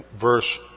verse